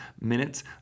minutes